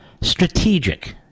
strategic